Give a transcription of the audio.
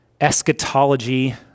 eschatology